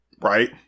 Right